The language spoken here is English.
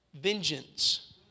vengeance